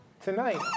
Tonight